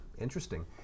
interesting